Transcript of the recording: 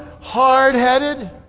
hard-headed